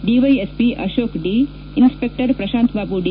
DYSP ಅರೋಕ್ D inspector Prashanth Babu D